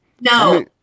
no